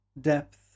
Depth